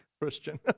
Christian